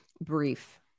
Brief